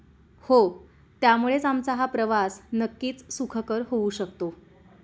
हो त्यामुळेच आमचा हा प्रवास नक्कीच सुखकर होऊ शकतो